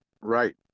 Right